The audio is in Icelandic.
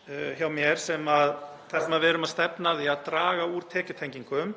þar sem við erum að stefna að því að draga úr tekjutengingum,